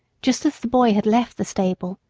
just as the boy had left the stable,